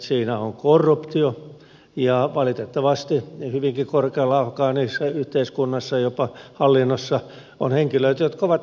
siinä on korruptio ja valitettavasti hyvinkin korkealla afgaaniyhteiskunnassa jopa hallinnossa on henkilöitä jotka ovat tässä mukana